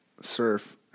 surf